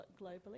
globally